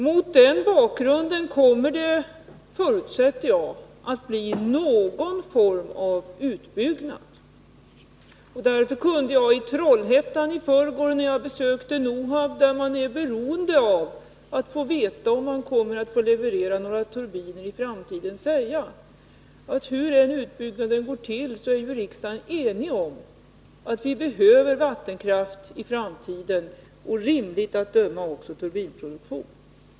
Mot den bakgrunden kommer det — det förutsätter jag—att bli någon form av utbyggnad. När jag i förrgår var i Trollhättan och besökte Nohab, där man är beroende av att veta om man kommer att få leverera några turbiner i framtiden, kunde jag därför säga att hur än utbyggnaden går till, så är man i riksdagen enig om att vi i framtiden behöver vattenkraft och rimligtvis också turbinproduktion.